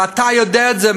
ואתה יודע את זה,